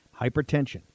Hypertension